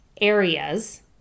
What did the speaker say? areas